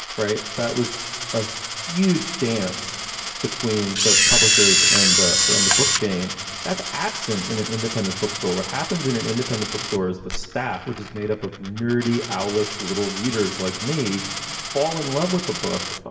right. that was a huge dance between the publishers and the and the book chain that's absent in an independent bookstore. what happens in an independent bookstore is the staff, which is made up of nerdy, owlish little readers like me fall in love with the book.